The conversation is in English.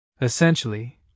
Essentially